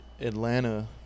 Atlanta